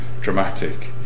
dramatic